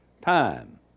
time